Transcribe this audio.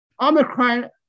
Omicron